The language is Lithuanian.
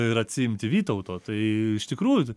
ir atsiimti vytauto tai iš tikrųjų